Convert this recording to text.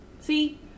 See